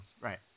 right